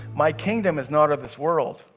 my kingdom is not of this world.